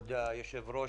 כבוד היושב-ראש,